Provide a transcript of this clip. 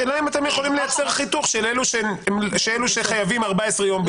השאלה היא אם אתם יכולים לייצר חיתוך של אלו שחייבים 14 יום בידוד.